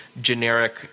generic